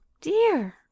dear